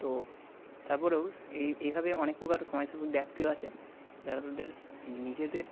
তো তারপরেও এই এইভাবে অনেক প্রকার সময় ব্যক্তিও আছে যারা তাদের নিজেদের